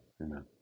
Amen